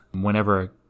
whenever